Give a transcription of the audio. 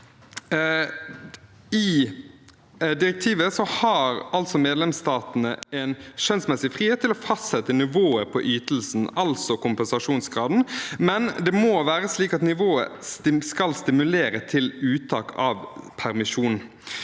direktivet har medlemsstatene en skjønnsmessig frihet til å fastsette nivået på ytelsen, altså kompensasjonsgraden, men det må være slik at nivået skal stimulere til uttak av permisjon.